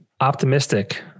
optimistic